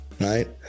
right